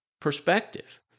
perspective